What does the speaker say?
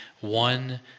one